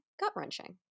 gut-wrenching